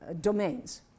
domains